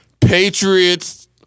Patriots